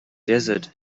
desert